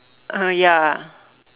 uh ya